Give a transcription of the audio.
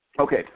Okay